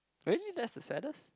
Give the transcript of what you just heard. really that's the saddest